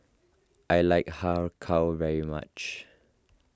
I like Har Kow very much